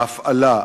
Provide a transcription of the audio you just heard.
ההפעלה,